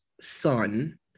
son